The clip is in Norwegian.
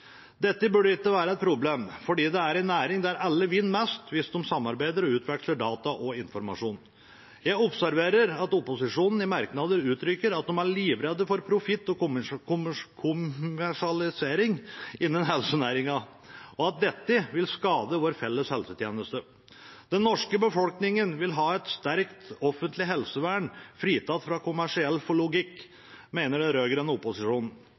Dette burde ikke være et problem, for dette er en næring der alle vinner mest hvis de samarbeider og utveksler data og informasjon. Jeg observerer at opposisjonen i merknader uttrykker at de er livredde for profitt og kommersialisering innen helsenæringen, og at dette vil skade vår felles helsetjeneste. Den norske befolkningen vil ha et sterkt offentlig helsevern, fritatt fra kommersiell logikk, mener den rød-grønne opposisjonen. Jeg tror ikke at det er